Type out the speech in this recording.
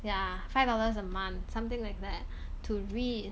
yeah five dollars a month something like that to read